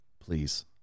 please